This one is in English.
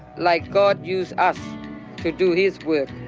like god use us to do his work.